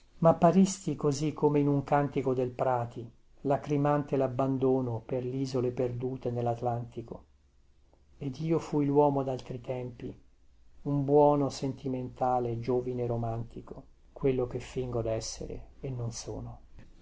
confine mapparisti così come in un cantico del prati lacrimante labbandono per lisole perdute nellatlantico ed io fui luomo daltri tempi un buono sentimentale giovine romantico quello che fingo dessere e non sono